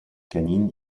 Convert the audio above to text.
canine